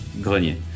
Grenier